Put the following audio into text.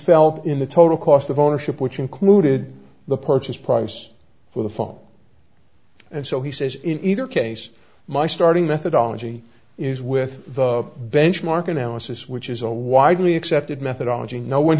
felt in the total cost of ownership which included the purchase price for the phone and so he says in either case my starting methodology is with the benchmark analysis which is a widely accepted methodology no one